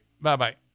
Bye-bye